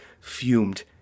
fumed